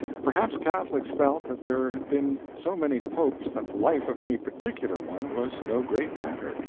perhaps catholics felt that there had been so many popes that the life of any particular one was no great matter.